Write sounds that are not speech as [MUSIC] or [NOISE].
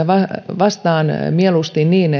vastaan mieluusti niin [UNINTELLIGIBLE]